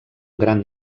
gran